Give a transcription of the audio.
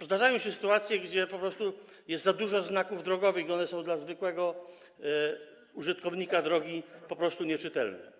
zdarzają się sytuacje, gdy po prostu jest za dużo znaków drogowych i one są dla zwykłego użytkownika drogi po prostu nieczytelne.